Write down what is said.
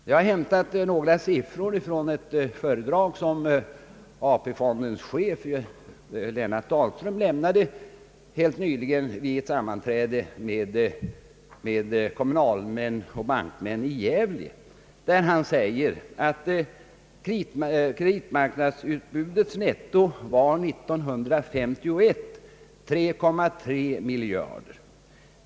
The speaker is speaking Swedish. Jag har hämtat några siffror från ett föredrag som ATP-fondens chef, Lennart Dahlström, lämnade helt nyligen vid ett sammanträde med kommunalmän och bankmän i Gävle. Han framhåller bl.a., att kreditmarknadsutbudets netto år 1951 var 3,3 miljarder kronor.